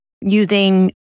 using